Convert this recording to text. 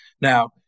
Now